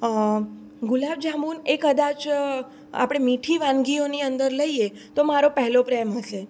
ગુલાબજાંબુ એ કદાચ આપણે મીઠી વાનગીઓની અંદર લઈએ તો મારો પહેલો પ્રેમ હશે